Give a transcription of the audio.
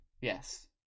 yes